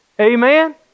Amen